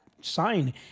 sign